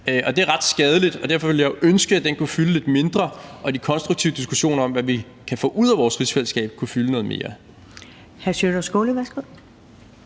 Det er ret skadeligt, og derfor ville jeg jo ønske, at den kunne fylde lidt mindre, og at de konstruktive diskussioner om, hvad vi kan få ud af vores rigsfællesskab, kunne fylde noget mere.